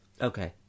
Okay